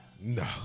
No